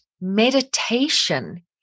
meditation